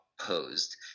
posed